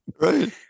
Right